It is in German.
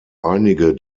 einige